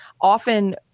often